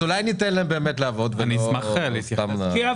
אני לא